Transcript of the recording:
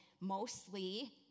mostly